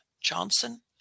Johnson